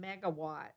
megawatt